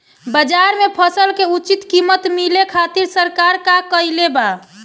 बाजार में फसल के उचित कीमत मिले खातिर सरकार का कईले बाऽ?